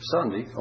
Sunday